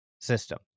system